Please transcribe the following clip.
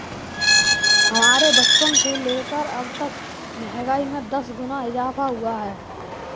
हमारे बचपन से लेकर अबतक महंगाई में दस गुना इजाफा हुआ है